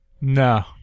No